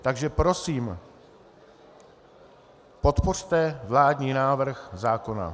Takže prosím, podpořte vládní návrh zákona.